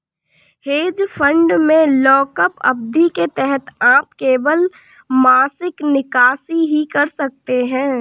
hedge fund में lockup अवधि के तहत आप केवल मासिक निकासी ही कर सकते हैं